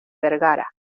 vergara